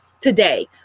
today